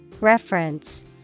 Reference